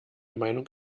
meinung